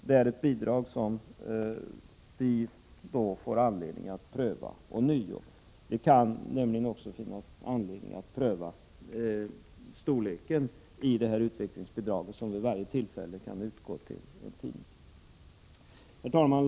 Det är ett bidrag som vi får anledning att pröva ånyo. Det kan nämligen finnas anledning att pröva storleken av det utvecklingsbidrag som vid varje enskilt tillfälle kan utgå till en tidning. Herr talman!